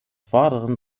vorderen